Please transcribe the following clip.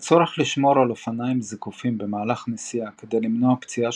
הצורך לשמור על אופניים זקופים במצב נסיעה כדי למנוע פציעה